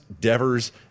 Devers